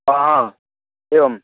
ह हा एवम्